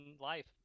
life